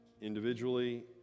individually